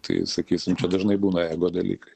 tai sakysim čia dažnai būna ego dalykai